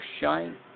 shine